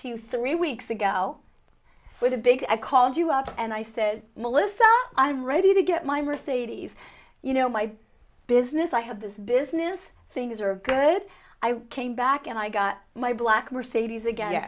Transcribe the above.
you three weeks ago with a big i called you up and i said melissa i'm ready to get my mercedes you know my business i have this business things are good i came back and i got my black mercedes again